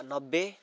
नब्बे